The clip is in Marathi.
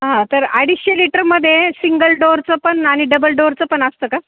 हा तर अडीचशे लिटरमध्ये सिंगल डोअरचं पण आणि डबल डोअरचं पण असतं का